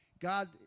God